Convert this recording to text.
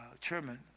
chairman